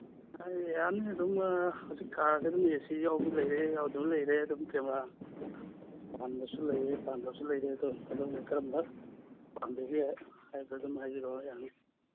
ꯑ ꯌꯥꯅꯤ ꯑꯗꯨꯝ ꯍꯧꯖꯤꯛ ꯀꯥꯔꯁꯤ ꯑꯗꯨꯝ ꯑꯦ ꯁꯤ ꯌꯥꯎꯕꯤ ꯂꯩꯔꯦ ꯌꯥꯎꯗꯕ ꯂꯩꯔꯦ ꯑꯗꯨꯝ ꯀꯦꯃꯔꯥ ꯄꯥꯟꯕꯁꯨ ꯂꯩꯔꯦ ꯄꯥꯟꯗꯕꯁꯨ ꯂꯩꯔꯦ ꯑꯗꯣ ꯑꯗꯣꯝꯅ ꯀꯔꯝꯕ ꯄꯥꯝꯕꯤꯒꯦ ꯍꯥꯏꯕꯗꯨꯃ ꯍꯥꯏꯕꯤꯔꯛꯑꯣ ꯌꯥꯅꯤ